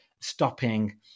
stopping